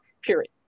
period